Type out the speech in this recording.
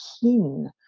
keen